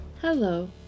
Hello